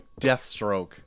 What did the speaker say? Deathstroke